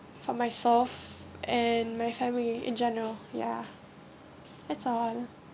for myself and my family in general ya that's all